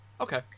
okay